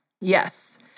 Yes